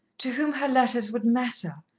to whom her letters would matter,